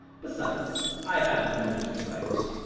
besides, i have letters to write.